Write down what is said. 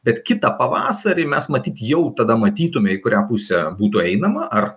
bet kitą pavasarį mes matyt jau tada matytume į kurią pusę būtų einama ar